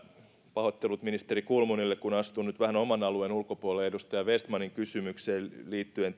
pahoittelut ministeri kulmunille kun astun nyt vähän oman alueeni ulkopuolelle vastaamalla edustaja vestmanin kysymykseen liittyen